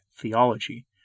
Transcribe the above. theology